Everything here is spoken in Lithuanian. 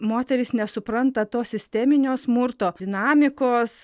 moterys nesupranta to sisteminio smurto dinamikos